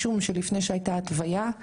לפני שהייתה התוויה,